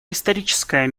историческая